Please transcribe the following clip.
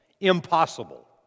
impossible